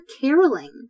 caroling